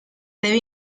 debe